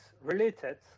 related